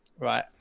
right